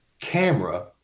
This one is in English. camera